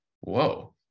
whoa